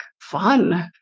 fun